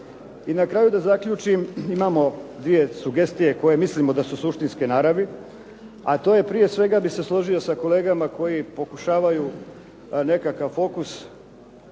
I na kraju da zaključim, imamo dvije sugestije koje mislimo da su suštinske naravi, a to je prije svega bi se složio s kolegama koji pokušavaju nekakav fokus